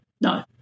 no